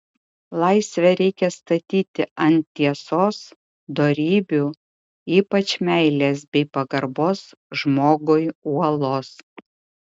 laisvę reikia statyti ant tiesos dorybių ypač meilės bei pagarbos žmogui uolos